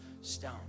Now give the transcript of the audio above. stone